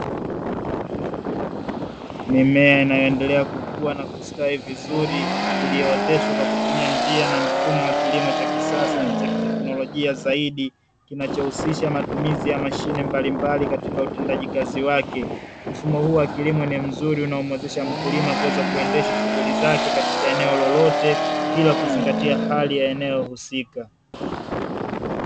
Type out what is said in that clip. Mimea inayoendelea kukua na kustawi vizuri iliyooteshwa kwa kutumia njia na mfumo wa kilimo cha kisasa na teknolojia zaidi, kinachohusisha matumizi ya mashine mbalimbali katika utendaji kazi wake mfumo huu wa kilimo ni mzuri unaomwezesha mkulima kuweza kuendesha shughuli zake katika eneo lolote bila kuzingatia hali ya eneo husika.